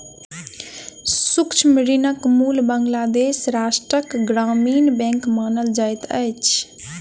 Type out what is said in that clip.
सूक्ष्म ऋणक मूल बांग्लादेश राष्ट्रक ग्रामीण बैंक मानल जाइत अछि